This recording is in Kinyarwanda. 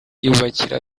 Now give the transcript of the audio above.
yubakira